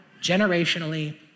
generationally